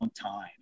time